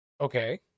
Okay